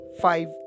five